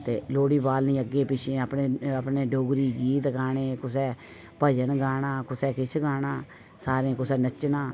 ते लोह्ड़ी बालनी अग्गे पिच्छे अपने डोगरी डोगरी गीत गाने अपने कुदै भजन गाना कुसै किश गाना सारें कुसै नच्चना